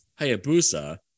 Hayabusa